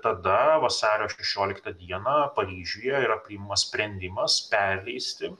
tada vasario šešioliktą dieną paryžiuje yra priimamas sprendimas perleisti